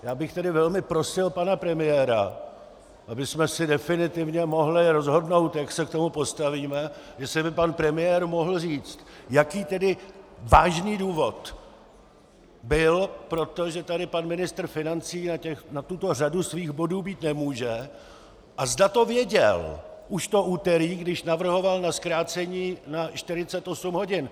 Já bych tedy velmi prosil pana premiéra, abychom se definitivně mohli rozhodnout, jak se k tomu postavíme, jestli by pan premiér mohl říct, jaký tedy vážný důvod byl pro to, že tady pan ministr financí na tuto řadu svých bodů být nemůže, a zda to věděl už to úterý, když navrhoval zkrácení na 48 hodin.